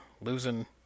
losing